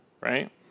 right